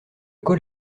col